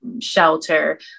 shelter